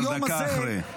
אתה כבר דקה אחרי.